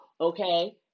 okay